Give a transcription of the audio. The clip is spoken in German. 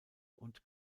und